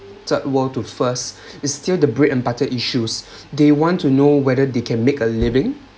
third world to first is still the bread and butter issues they want to know whether they can make a living